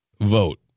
Vote